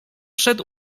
przed